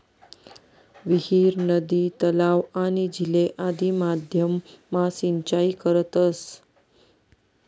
विहीर, नदी, तलाव, आणि झीले आदि माध्यम मा सिंचाई करतस